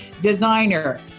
designer